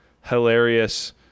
hilarious